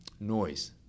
noise